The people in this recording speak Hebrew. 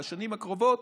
בשנים הקרובות,